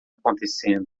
acontecendo